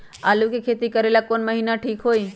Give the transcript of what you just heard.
आलू के खेती करेला कौन महीना ठीक होई?